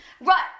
Right